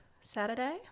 Saturday